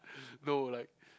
no like